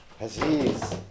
Aziz